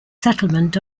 settlement